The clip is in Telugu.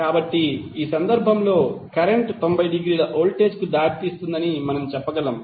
కాబట్టి ఈ సందర్భంలో కరెంట్ 90 డిగ్రీల వోల్టేజ్ కు దారితీస్తుందని మనం చెప్పగలం